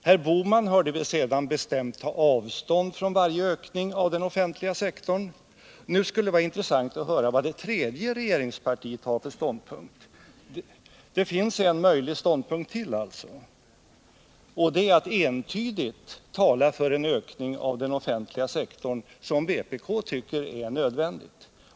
Gösta Bohman hörde vi sedan bestämt ta avstånd från varje ökning av den offentliga sektorn. Nu skulle det vara intressant att höra vad det tredje regeringspartiet har för ståndpunkt. Det finns en möjlig ståndpunkt till, nämligen att entydigt tala för en ökning av den offentliga sektorn, vilket vpk tycker är nödvändigt.